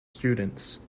students